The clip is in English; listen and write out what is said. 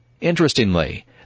Interestingly